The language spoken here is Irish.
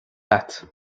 agat